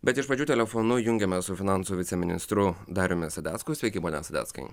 bet iš pradžių telefonu jungiamas su finansų viceministru dariumi sadecku sveiki pone sadeckai